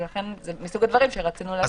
ולכן זה מסוג הדברים שרצינו להשאיר להוראה.